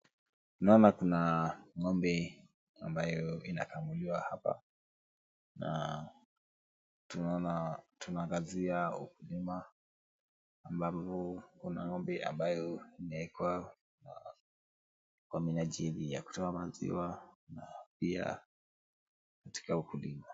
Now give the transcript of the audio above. Naona kuna ng'ombe ambayo inakamuliwa hapa na tunaona, tunaangazia nyuma ambapo kuna ng'ombe ambayo imewekwa kwa minajili ya kutoa maziwa na pia katika ukulima.